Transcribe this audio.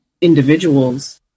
individuals